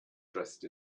dressed